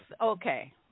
Okay